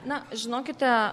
na žinokite